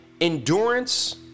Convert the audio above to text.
endurance